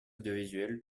audiovisuelle